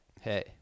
Hey